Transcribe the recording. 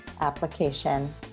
application